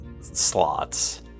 slots